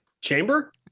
chamber